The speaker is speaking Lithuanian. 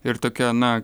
ir tokia na